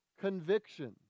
conviction